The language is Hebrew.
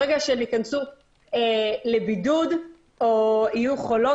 ברגע שהן ייכנסו לבידוד או יהיו חולות,